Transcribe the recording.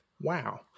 Wow